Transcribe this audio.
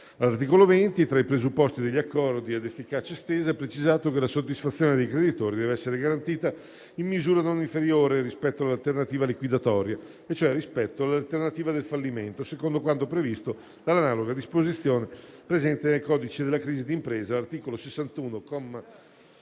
All'articolo 20, tra i presupposti degli accordi ad efficacia estesa, è precisato che la soddisfazione dei creditori deve essere garantita in misura non inferiore rispetto all'alternativa liquidatoria, cioè rispetto all'alternativa del fallimento, secondo quanto previsto dalla analoga disposizione presente nel codice della crisi d'impresa, all'articolo 61,